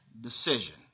decision